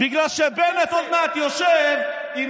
בגלל שבנט עוד מעט יושב עם